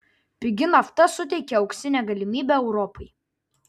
pigi nafta suteikia auksinę galimybę europai